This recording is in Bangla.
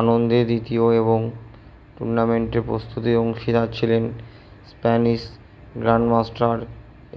আনন্দের দ্বিতীয় এবং টুর্নামেন্টে প্রস্তুতির অংশীদার ছিলেন স্প্যানিশ গ্র্যাণ্ডমাস্টার